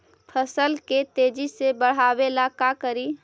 फसल के तेजी से बढ़ाबे ला का करि?